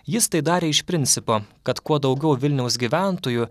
jis tai darė iš principo kad kuo daugiau vilniaus gyventojų